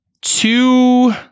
two